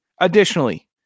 Additionally